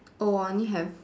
oh I only have